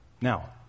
Now